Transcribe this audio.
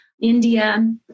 India